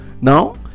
Now